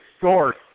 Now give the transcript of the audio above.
source